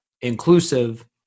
inclusive